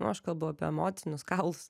nu aš kalbu apie emocinius kaulus